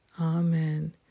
Amen